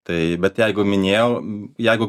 taip bet jeigu minėjau jeigu